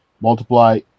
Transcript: multiply